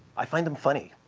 i find them funny.